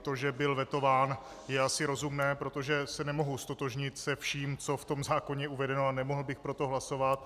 To, že byl vetován, je asi rozumné, protože se nemohu ztotožnit se vším, co je v zákoně uvedeno, a nemohl bych pro to hlasovat.